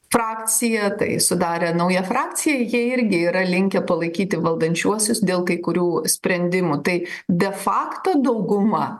frakcija tai sudarė naują frakci jie irgi yra linkę palaikyti valdančiuosius dėl kai kurių sprendimų tai de facto dauguma